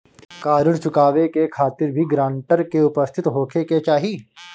का ऋण चुकावे के खातिर भी ग्रानटर के उपस्थित होखे के चाही?